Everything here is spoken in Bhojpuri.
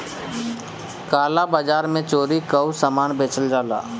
काला बाजार में चोरी कअ सामान बेचल जाला